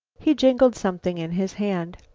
he jingled something in his hand.